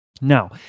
Now